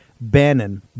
Bannon